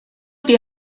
die